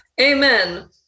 Amen